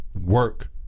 work